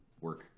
work